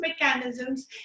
mechanisms